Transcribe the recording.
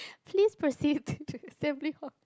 please proceed to the assembly hall